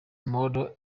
model